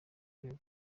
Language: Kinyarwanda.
rwego